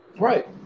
right